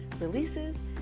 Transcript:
releases